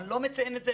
אני לא מציין את זה,